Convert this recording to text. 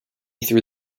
threw